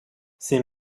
ces